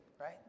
right